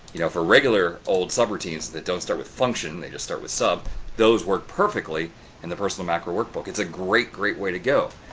you know for regular old subroutines that don't start with function. they just start with sub those work perfectly in the personal macro workbook. it's a great, great way to go,